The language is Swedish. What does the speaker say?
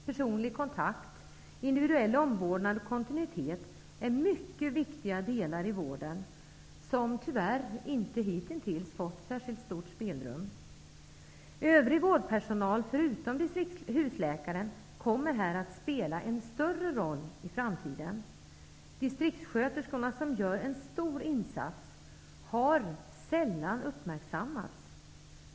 Personlig kontakt, individuell omvårdnad och kontinuitet är mycket viktiga delar i vården, som hitintills tyvärr inte fått särskilt stort spelrum. Övrig vårdpersonal, förutom husläkaren, kommer att spela en större roll i framtiden. Distriktssköterskorna, som gör en stor insats, har sällan uppmärksammats.